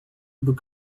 book